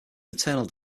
maternal